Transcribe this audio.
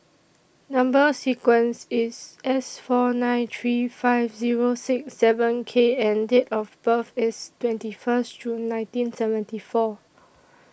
Number sequence IS S four nine three five Zero six seven K and Date of birth IS twenty First June nineteen seventy four